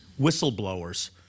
whistleblowers